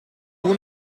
pour